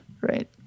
Right